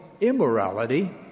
immorality